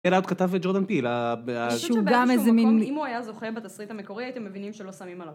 אלעד כתב את ג'ורדן פיל, שהוא גם איזה מן מאיזשהו מקום, אם הוא היה זוכה בתסריט המקורי הייתם מבינים שלא שמים עליו